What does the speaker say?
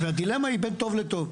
הדילמה היא בין טוב לטוב.